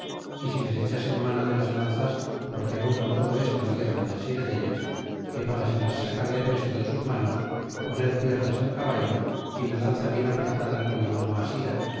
y si les echaren mano de laslanzas porque aun con todo esto no dexan de asir dellas que para se las sacar depresto de sus manos poner piernas al caballo y la lanza bien apretada con la mano asida